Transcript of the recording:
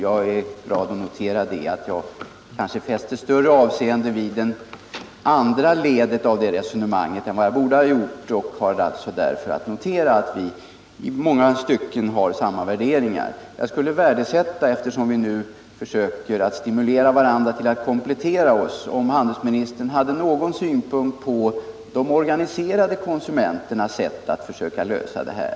Jag är glad att notera att jag kanske fäste större avseende vid det andra ledet av resonemanget än vad jag borde ha gjort och har därför att notera att vi i många stycken har samma värderingar. Eftersom vi nu försöker stimulera varandra till att komplettera oss skulle jag värdesätta om handelsministern ville uttrycka någon synpunkt på de organiserade konsumenternas sätt att försöka lösa det här.